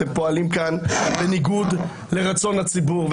אתם פועלים כאן בניגוד לרצון הציבור.